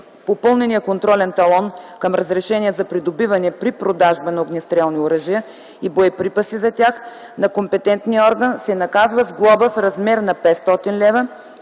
попълнения контролен талон към разрешение за придобиване при продажба на огнестрелни оръжия и боеприпаси за тях на компетентния орган, се наказва с глоба в размер на 500 лв.